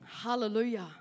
Hallelujah